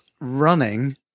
running